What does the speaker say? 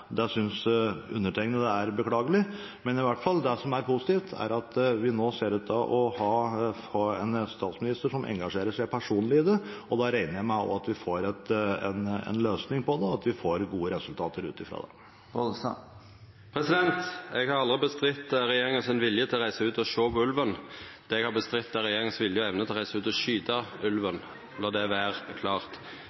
synes undertegnede er beklagelig. Men det som i hvert fall er positivt, er at vi nå ser ut til å ha en statsminister som engasjerer seg personlig i det, og da regner jeg med at vi får en løsning på det, og at vi får gode resultater ut fra det. Eg har aldri trekt i tvil regjeringas vilje til å reisa ut og sjå på ulven, men eg har trekt i tvil regjeringas vilje til å